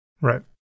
Right